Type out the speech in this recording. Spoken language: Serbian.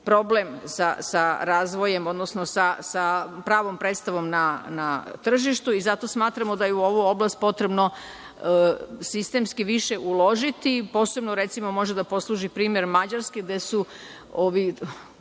problem sa razvojem, odnosno sa pravom predstavom na tržištu i zato smatramo da je u ovu oblast potrebno sistemski više uložiti, posebno recimo može da posluži primer Mađarske gde su oni